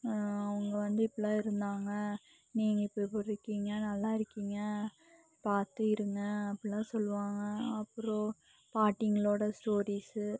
அவங்க வந்து இப்பில்லாம் இருந்தாங்க நீங்கள் இப்போ எப்படி இருக்கீங்க நல்லா இருக்கீங்க பார்த்து இருங்க அப்பில்லாம் சொல்லுவாங்க அப்புறம் பாட்டிங்களோட ஸ்டோரீஸு